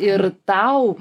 ir tau